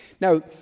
Now